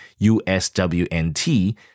USWNT